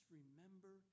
remember